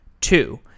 Two